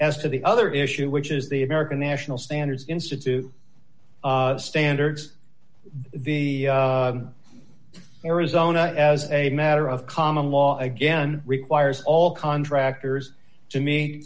as to the other issue which is the american national standards institute standards the arizona as a matter of common law again requires all contractors to me